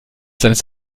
seines